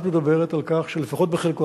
את מדברת על כך שלפחות בחלקו,